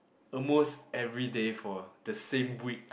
almost everyday for the same week